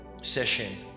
session